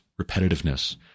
repetitiveness